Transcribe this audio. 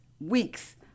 weeks